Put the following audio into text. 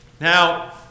Now